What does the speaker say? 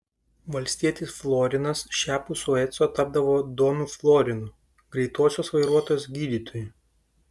valstietis florinas šiapus sueco tapdavo donu florinu greitosios vairuotojas gydytoju